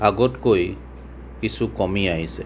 আগতকৈ কিছু কমি আহিছে